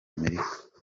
amerika